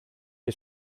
est